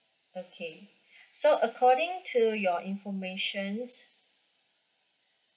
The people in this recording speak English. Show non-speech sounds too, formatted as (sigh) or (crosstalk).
okay (breath) so according to your information